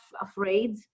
afraid